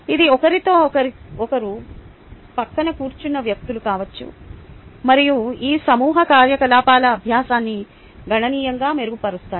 ఇది ఒకరితో ఒకరు పక్కన కూర్చున్న వ్యక్తులు కావచ్చు మరియు ఈ సమూహ కార్యకలాపాలు అభ్యాసాన్ని గణనీయంగా మెరుగుపరుస్తాయి